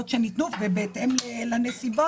אולי צריך לאותם אלה שעובדים בתקופת תקציב,